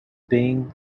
being